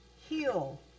heal